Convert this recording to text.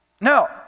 no